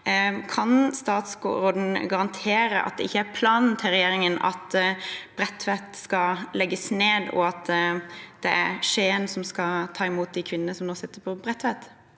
Kan statsråden garantere at det ikke er regjeringens plan at Bredtveit skal legges ned, og at det er Skien som skal ta imot de kvinnene som nå sitter på Bredtveit?